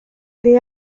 neu